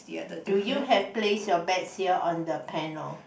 do you have place your bets here on the panel